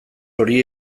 hori